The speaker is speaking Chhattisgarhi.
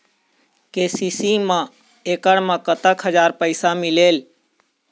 के.सी.सी मा एकड़ मा कतक हजार पैसा मिलेल?